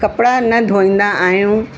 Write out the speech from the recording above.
कपिड़ा न धोईंदा आहियूं